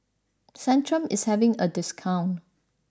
Centrum is having a discount